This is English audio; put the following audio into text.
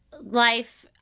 life